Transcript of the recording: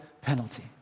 penalty